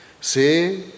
Say